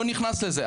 אני לא נכנס לזה,